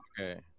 Okay